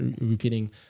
repeating